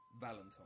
Valentine